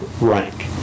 rank